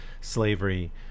slavery